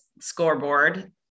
scoreboard